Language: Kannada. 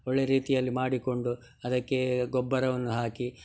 ಒಳ್ಳೆ ರೀತಿಯಲ್ಲಿ ಮಾಡಿಕೊಂಡು ಅದಕ್ಕೆ ಗೊಬ್ಬರವನ್ನು ಹಾಕಿ